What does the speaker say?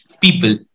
People